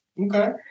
Okay